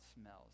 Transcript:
smells